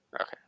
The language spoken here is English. Okay